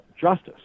justice